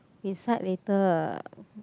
decide later